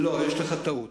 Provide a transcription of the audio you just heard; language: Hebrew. לא, יש לך טעות.